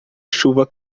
chuva